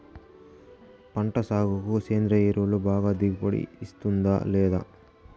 పంట సాగుకు సేంద్రియ ఎరువు బాగా దిగుబడి ఇస్తుందా లేదా